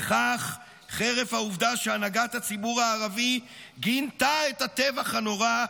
וכך חרף העובדה שהנהגת הציבור הערבי גינתה את הטבח הנורא,